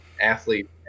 athlete